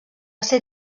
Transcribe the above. ser